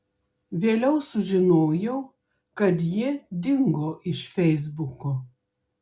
vėliau sužinojau kad ji dingo iš feisbuko